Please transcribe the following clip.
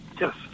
yes